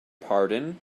pardon